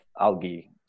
algae